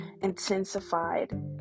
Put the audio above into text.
intensified